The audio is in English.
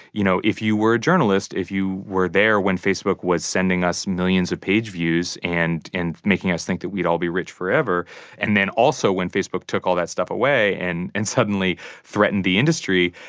you know, if you were a journalist, if you were there when facebook was sending us millions of page views and and making us think that we'd all be rich forever and then also when facebook took all that stuff away and and suddenly threatened the industry,